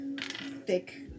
thick